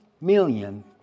million